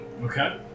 Okay